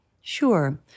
Sure